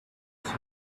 his